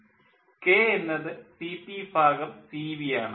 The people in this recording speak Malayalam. കെ എന്നത് CpCv ആണ്